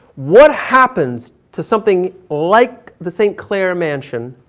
what happens to something like the st. clair mansion,